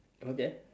okay